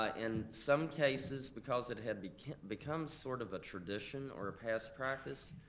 ah in some cases, because it had become become sort of a tradition or a past practice,